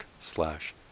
slash